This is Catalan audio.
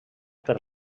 per